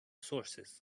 sources